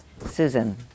Susan